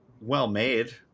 well-made